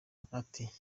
ati